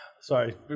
Sorry